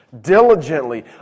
diligently